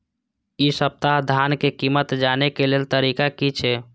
इ सप्ताह धान के कीमत जाने के लेल तरीका की छे?